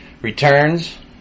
returns